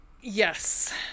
yes